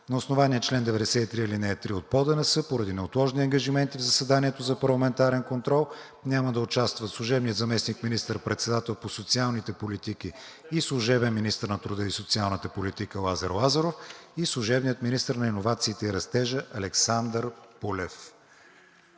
На основание чл. 93, ал. 3 от ПОДНС поради неотложни ангажименти в заседанието за парламентарен контрол няма да участват служебният заместник министър-председател по социалните политики и служебен министър на труда и социалната политика Лазар Лазаров и служебният министър на иновациите и растежа Александър Пулев.